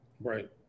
Right